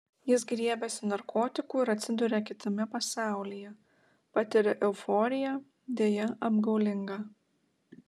jis griebiasi narkotikų ir atsiduria kitame pasaulyje patiria euforiją deja apgaulingą